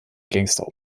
gangster